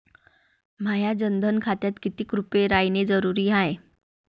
माह्या जनधन खात्यात कितीक रूपे रायने जरुरी हाय?